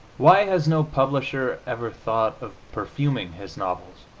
why has no publisher ever thought of perfuming his novels?